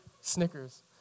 Snickers